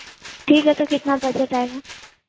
ठीक है तो कितना बजट आएगा